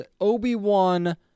Obi-Wan